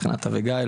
מבחינת אביגיל,